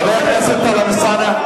חבר הכנסת טלב אלסאנע,